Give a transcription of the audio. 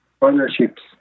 partnerships